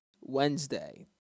Wednesday